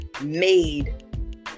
made